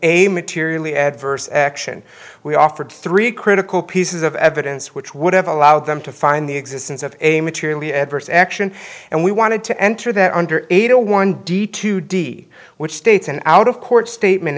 a materially adverse action we offered three critical pieces of evidence which would have allowed them to find the existence of a materially adverse action and we wanted to enter that under eight a one d two d which states an out of court statement